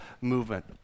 movement